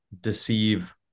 deceive